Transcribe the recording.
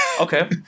okay